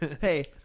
hey